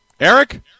eric